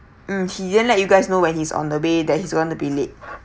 mm he didn't let you guys know when he's on the way that he's going to be late